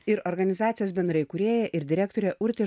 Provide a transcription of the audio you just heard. ir organizacijos bendra įkūrėja ir direktorė urtė